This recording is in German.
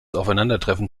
aufeinandertreffen